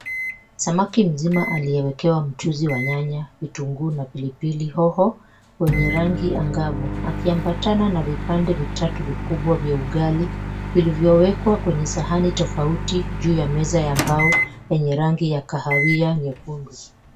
Samaki mzima aliyewekewa mchuzi wa nyanya, vitunguu na pilipili hoho wenye rangi angavu, akiambatana na vipande vitatu vikubwa vya ugali vilivyowekwa kwenye sahani tofauti juu ya meza ya mbao yenye rangi ya kahawia nyekundu.